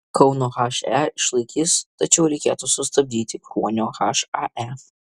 kauno he išlaikys tačiau reikėtų sustabdyti kruonio hae